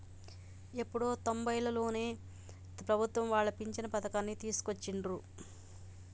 ఎప్పుడో తొంబైలలోనే ప్రభుత్వం వాళ్ళు పించను పథకాన్ని తీసుకొచ్చిండ్రు